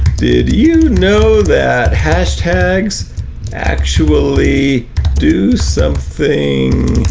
did you know that hashtags actually do something,